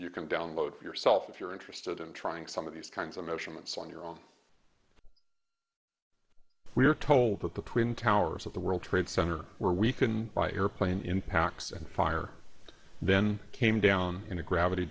you can download for yourself if you're interested in trying some of these kinds of measurements on your own we are told that the twin towers of the world trade center where we can buy your plane in packs and fire then came down in a gravity